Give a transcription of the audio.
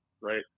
right